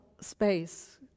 space